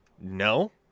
No